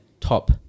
top